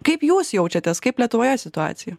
kaip jūs jaučiatės kaip lietuvoje situacija